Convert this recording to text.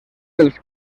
dels